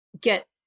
get